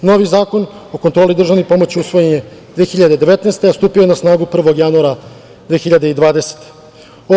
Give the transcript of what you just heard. Novi Zakon o kontroli državne pomoći usvojen je 2019. godine, a stupio je na snagu 1. januara 2020. godine.